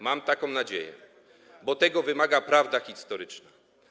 Mam taką nadzieję, bo tego wymaga prawda historyczna.